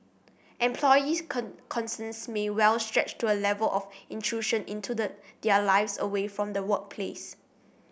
employee concerns may well stretch to A Level of intrusion into the their lives away from the workplace